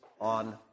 on